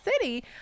city